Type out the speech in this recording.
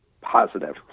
positive